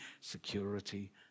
security